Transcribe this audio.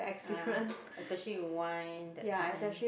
ah especially with wine that time